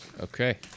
Okay